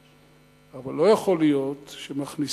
אבל לא יכול להיות שמכניסים